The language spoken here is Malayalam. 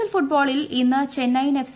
എൽ ഫുട്ബോളിൽ ഇന്ന് ചെന്നൈയിൻ എഫ്